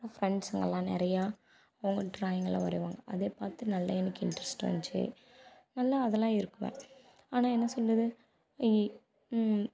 ஃப்ரெண்ட்ஸுங்கல்லாம் நிறையா அவங்களும் ட்ராயிங்கெல்லாம் வரைவாங்க அதே பார்த்து நல்லா எனக்கு இன்ட்ரெஸ்ட் வந்துச்சு நல்லா அதெல்லாம் இருப்பேன் ஆனால் என்ன சொல்கிறது இ